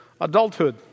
adulthood